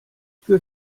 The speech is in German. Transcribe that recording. für